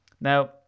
Now